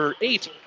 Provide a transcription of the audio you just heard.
eight